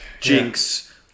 Jinx